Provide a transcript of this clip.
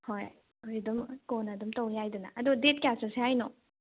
ꯍꯣꯏ ꯍꯣꯏ ꯑꯗꯨꯝ ꯀꯣꯟꯅ ꯑꯗꯨꯝ ꯇꯧ ꯌꯥꯏꯗꯅ ꯑꯗꯣ ꯗꯦꯠ ꯀꯌꯥꯗ ꯆꯠꯁꯦ ꯍꯥꯏꯔꯤꯅꯣ